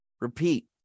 repeat